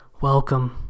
welcome